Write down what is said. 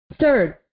Third